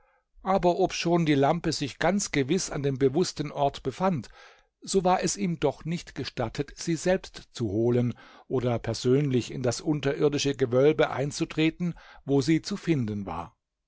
aber obschon die lampe sich ganz gewiß an dem bewußten ort befand so war es ihm doch nicht gestattet sie selbst zu holen oder persönlich in das unterirdische gewölbe einzutreten wo sie zu finden war